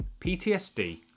PTSD